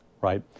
right